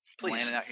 Please